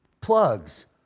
plugs